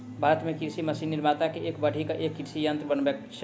भारत मे कृषि मशीन निर्माता एक सॅ बढ़ि क एक कृषि यंत्र बनबैत छथि